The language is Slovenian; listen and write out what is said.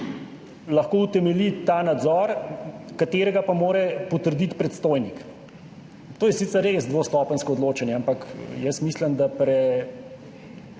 lahko utemelji ta nadzor, ki pa ga mora potrditi predstojnik. To je sicer res dvostopenjsko odločanje, ampak jaz mislim, da premalo